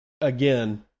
again